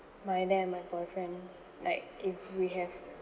my dad and my boyfriend like if we have